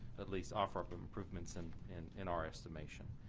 at least offer up improvements and and in our estimation.